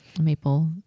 maple